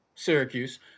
Syracuse